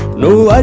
no.